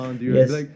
Yes